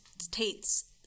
state's